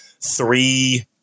three